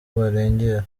barengera